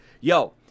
Yo